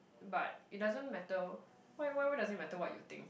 but it doesn't matter why why does it matter what you think